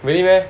really meh